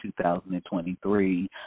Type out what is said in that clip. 2023